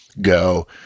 go